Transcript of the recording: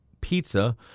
pizza